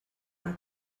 amb